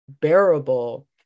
bearable